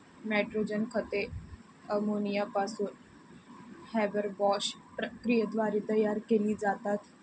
nitrogen खते ammonia पासून Haber Bosch प्रक्रियेद्वारे तयार केली जातात